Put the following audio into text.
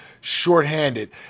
shorthanded